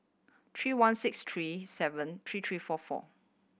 three one six three seven three three four four